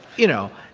you know,